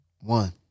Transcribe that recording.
One